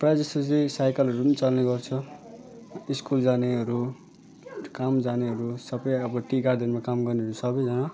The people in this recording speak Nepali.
प्रायः जस्तो चाहिँ साइकलहरू पनि चल्ने गर्छ स्कुल जानेहरू काम जानेहरू सबै अब टी गार्डनमा काम गर्नेहरू सबैजना